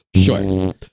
Sure